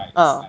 ah